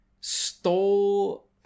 stole